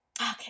okay